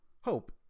hope